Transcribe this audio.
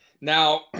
Now